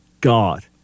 God